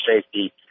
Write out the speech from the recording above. safety